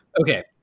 Okay